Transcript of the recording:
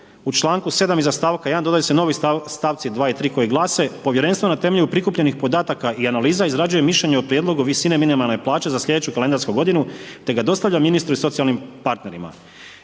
U članku 7. iza stavka 1. dodaju se novi stavci 2. i 3. koji glase, povjerenstvo na temelju prikupljenih podataka i analiza izrađuje mišljenje o prijedlogu visine minimalne plaće za sljedeću kalendarsku godinu te ga dostavlja ministru i socijalnim partnerima.